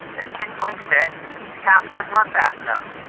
as kid blink said de cops couldn't run fast enough.